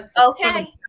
Okay